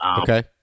okay